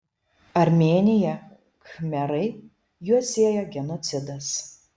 armėnija khmerai juos sieja genocidas